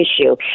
issue